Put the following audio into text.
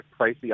pricey